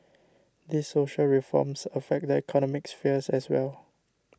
these social reforms affect the economic sphere as well